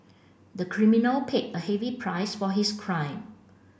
the criminal paid a heavy price for his crime